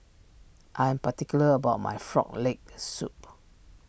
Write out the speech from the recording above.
I am particular about my Frog Leg Soup